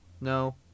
No